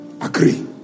agree